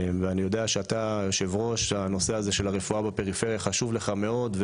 ואני יודע שאתה היושב-ראש הנושא הזה של הפריפריה חשוב לך מאוד,